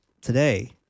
today